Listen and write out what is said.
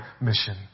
mission